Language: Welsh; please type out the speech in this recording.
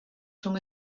rhwng